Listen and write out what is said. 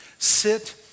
Sit